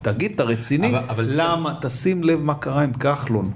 תגיד, אתה רציני? למה? תשים לב מה קרה עם כחלון.